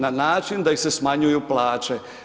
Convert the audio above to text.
Na način da im se smanjuju plaće.